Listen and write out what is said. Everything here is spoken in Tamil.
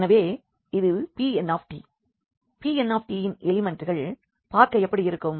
எனவே இது Pn எனவே Pnஇன் எலிமெண்ட்கள் பார்க்க எப்படி இருக்கும்